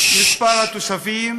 מספר התושבים,